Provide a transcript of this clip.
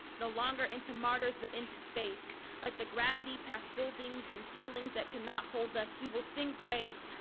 no longer into martyrs but into space like the gravity past buildings and ceilings that cannot hold us. we will sing praise.